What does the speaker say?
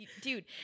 Dude